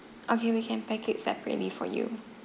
okay we can pack it separately for you